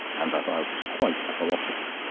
and that i was quite a philosopher.